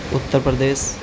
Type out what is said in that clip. Uttar Pradesh